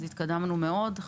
התקדמנו מאוד,